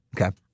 Okay